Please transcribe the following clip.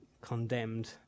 condemned